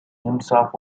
himself